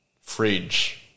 fridge